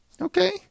Okay